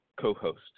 co-host